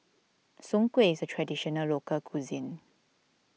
Soon Kuih is a Traditional Local Cuisine